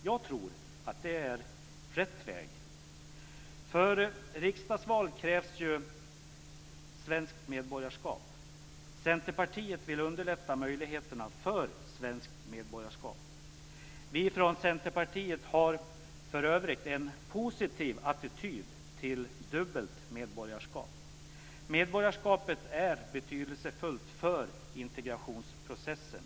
Jag tror att det är rätt väg. För riksdagsval krävs ju svenskt medborgarskap. Centerpartiet vill underlätta möjligheterna för svenskt medborgarskap. Vi från Centerpartiet har för övrigt en positiv attityd till dubbelt medborgarskap. Medborgarskapet är betydelsefullt för integrationsprocessen.